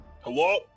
hello